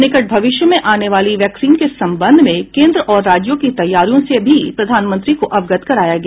निकट भविष्य में आने वाली वैक्सीन के संबंध में केन्द्र और राज्यों की तैयारियों से भी प्रधानमंत्री को अवगत कराया गया